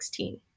2016